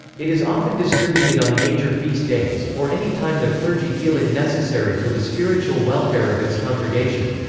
it is often distributed on major feast days, or any time the clergy feel it necessary for the spiritual welfare of its congregation.